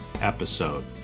episode